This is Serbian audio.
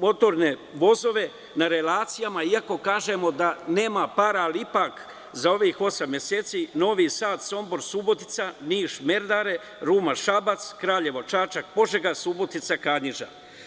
motorne vozove na relacijama, iako kažemo da nema para, ali ipak za ovih osam meseci Novi Sad-Sombor-Subotica, Niš-Merdare, Ruma-Šabac, Kraljevo-Čačak-Požega, Subotica-Kanjiža.